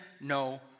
no